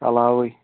علاوٕے